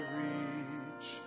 reach